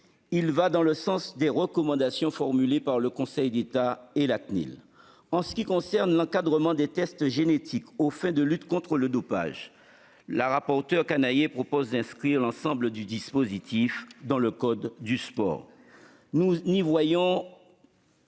Il va dans le sens des recommandations formulées par le Conseil d'État et la Cnil. En ce qui concerne l'encadrement des tests génétiques aux fins de lutte contre le dopage, la rapporteure Canayer propose d'inscrire l'ensemble du dispositif dans le code du sport. Nous n'y voyons